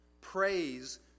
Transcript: Praise